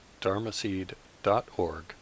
dharmaseed.org